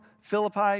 Philippi